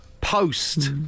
Post